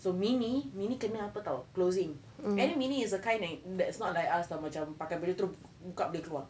so minnie minnie kena apa [tau] closing and minnie is a kind n~ that's not like us [tau] macam pakai benda terus buka boleh keluar